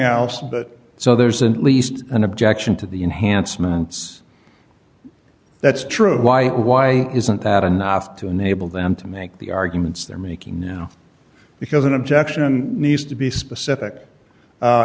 else but so there's an least an objection to the enhanced moments that's true why why isn't that enough to enable them to make the arguments they're making now because an objection needs to be specific